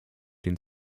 den